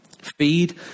Feed